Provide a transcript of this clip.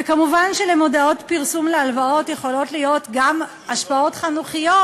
ומובן שלמודעות פרסום להלוואות יכולות להיות גם השפעות חיוביות,